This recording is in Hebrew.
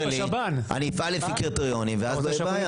אני אפעל לפי קריטריונים ואז לא תהיה בעיה.